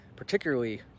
Particularly